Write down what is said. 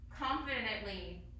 confidently